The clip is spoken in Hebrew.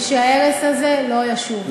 ושההרס הזה לא ישוב.